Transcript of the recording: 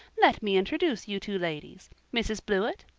let me introduce you two ladies. mrs. blewett,